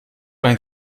einen